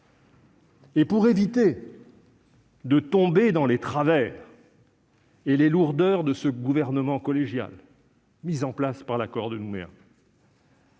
et pour éviter de tomber dans les travers et les lourdeurs du gouvernement collégial mis en place par l'accord de Nouméa,